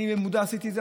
אני במודע עשיתי את זה,